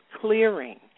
clearing